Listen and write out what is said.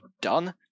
done